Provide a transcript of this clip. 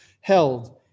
held